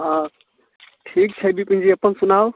हँ ठीक छै विपिन जी अपन सुनाउ